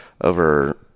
over